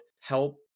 help